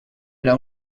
era